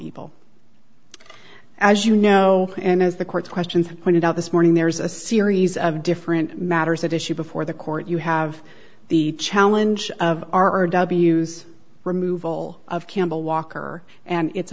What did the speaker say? evil as you know and as the court questions pointed out this morning there's a series of different matters at issue before the court you have the challenge of our w s removal of campbell walker and it